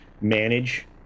manage